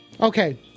Okay